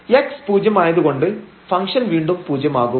x പൂജ്യം ആയതുകൊണ്ട് function വീണ്ടും പൂജ്യം ആകും